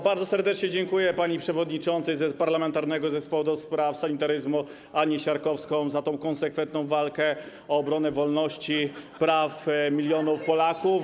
Bardzo serdecznie dziękuję pani przewodniczącej Parlamentarnego Zespołu ds. Sanitaryzmu Ani Siarkowskiej za tę konsekwentną walkę o obronę wolności i praw milionów Polaków.